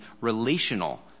relational